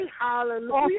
Hallelujah